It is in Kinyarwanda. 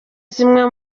zimwe